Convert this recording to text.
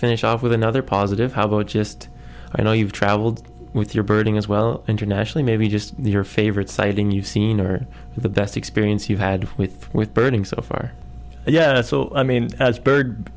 finish off with another positive how about just i know you've traveled with your birding as well internationally maybe just your favorite sighting you've seen or the best experience you've had with with burning so far yeah i mean as bird